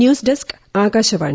news desk Akashvani